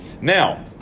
Now